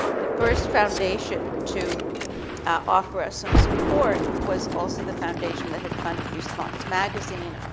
the first foundation to offer us some support was also the foundation that had funded response magazine, ah